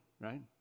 right